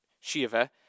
Shiva